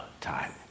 time